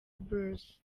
bros